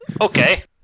Okay